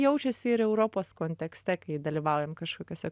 jaučiasi ir europos kontekste kai dalyvaujam kažkokiuose